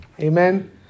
Amen